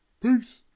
peace